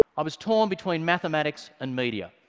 i was torn between mathematics and media.